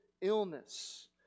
illness